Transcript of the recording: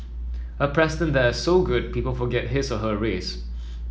a president that is so good people forget his or her race